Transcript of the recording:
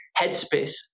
headspace